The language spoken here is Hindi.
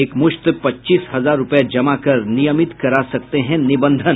एकमुश्त पच्चीस हजार रूपये जमा कर नियमित करा सकते हैं निबंधन